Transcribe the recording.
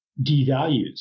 devalues